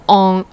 on